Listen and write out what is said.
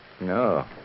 No